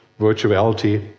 virtuality